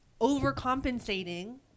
Overcompensating